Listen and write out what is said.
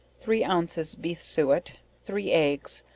three ounces beef suet, three eggs,